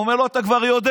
הוא אומר לו: אתה כבר יודע.